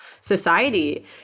society